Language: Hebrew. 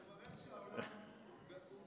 תברך שהעולם הוא כדור.